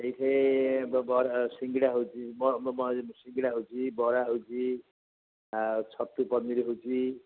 ଏଇଠି ସିଙ୍ଗଡ଼ା ହେଉଛି ସିଙ୍ଗଡ଼ା ହେଉଛି ବରା ହେଉଛି ଆଉ ଛତୁ ପନିର ହେଉଛି